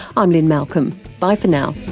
i'm lynne malcolm, bye for now